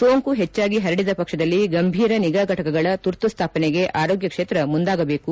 ಸೋಂಕು ಹೆಚ್ಚಾಗಿ ಹರಡಿದ ಪಕ್ಷದಲ್ಲಿ ಗಂಭೀರ ನಿಗಾ ಫಟಕಗಳ ತುರ್ತು ಸ್ವಾಪನೆಗೆ ಆರೋಗ್ಯ ಕ್ಷೇತ್ರ ಮುಂದಾಗಬೇಕು